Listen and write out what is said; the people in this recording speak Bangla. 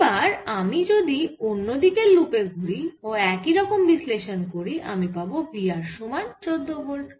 এবার আমি যদি অন্য দিকের লুপে ঘুরি ও একই রকম বিশ্লেষণ করি আমি পাবো V r সমান14 ভোল্ট